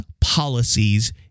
policies